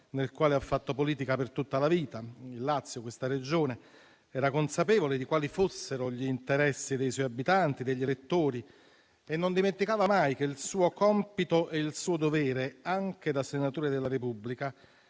nel quale ha fatto politica per tutta la vita, il Lazio, ed era consapevole di quali fossero gli interessi dei suoi abitanti e degli elettori. Non dimenticava mai che il suo compito e il suo dovere, anche da senatore della Repubblica,